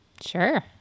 Sure